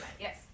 yes